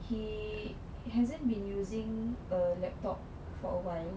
he hasn't been using a laptop for awhile